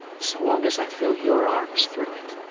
so long as i feel your arms through it,